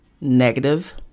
negative